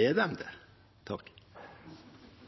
er de det?